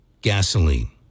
gasoline